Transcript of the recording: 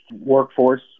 workforce